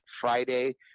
Friday